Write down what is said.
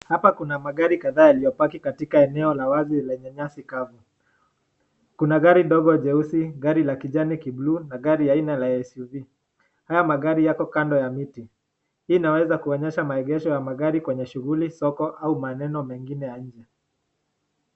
Hapa kuna magari kadhaa yaliyo paki katika eneo la wazi lenye nyasi kavu. Kuna gari ndogo nyeusi, gari la kijani kibuluu na gari la aina ya SUV haya magari yako kando ya miti. Hii inaeza kuonyesha maegesho ya magari kwenye shughuli, soko au maneno mengine ya nje.